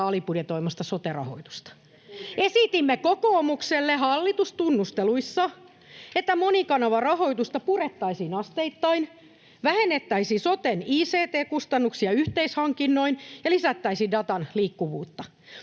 alibudjetoitte!] Esitimme kokoomukselle hallitustunnusteluissa, että monikanavarahoitusta purettaisiin asteittain, vähennettäisiin soten ict-kustannuksia yhteishankinnoin ja lisättäisiin datan liikkuvuutta,